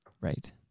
Right